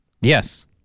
Yes